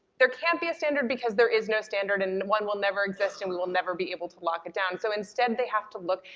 there can't be a standard because there is no standard. and one will never exist and we will never be able to lock it down. so instead they have to look,